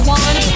one